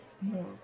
more